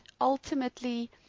ultimately